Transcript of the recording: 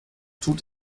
tut